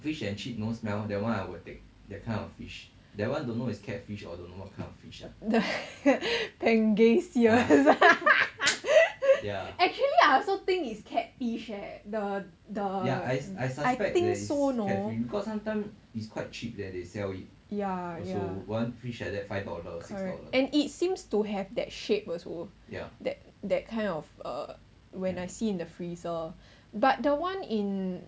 the pangasius actually I also think is catfish eh the the I think so correct and it seems to have that shape also that that kind of uh when I see in the freezer but the one in